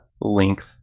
length